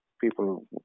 people